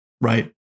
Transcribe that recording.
right